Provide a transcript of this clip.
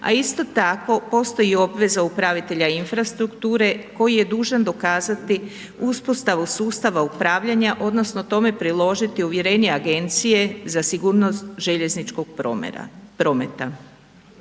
a isto tako postoji obveza upravitelja infrastrukture koji je dužan dokazati uspostavu sustava upravljanja odnosno tome priložiti uvjerenje Agencije za sigurnost željezničkog prometa.